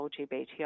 LGBTI